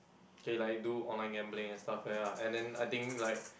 K like do online gambling and stuff ya and then I think like